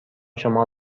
شما